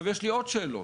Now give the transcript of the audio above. יש לי עוד שאלות.